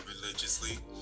religiously